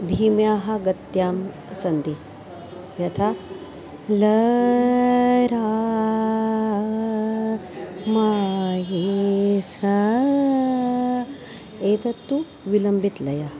धीम्याः गत्यां सन्ति यथा लरामयिसा एतत्तु विलम्बितलयः